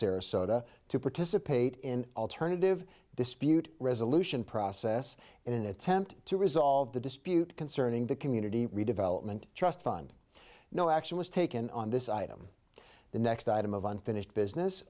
sarasota to participate in alternative dispute resolution process in an attempt to resolve the dispute concerning the community redevelopment trust fund no action was taken on this item the next item of unfinished business